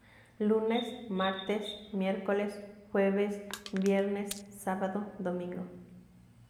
Lunes, martes, miércoles, jueves, viernes sábado, domingo.